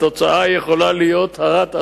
התוצאה יכולה להיות הרת אסון,